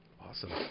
Awesome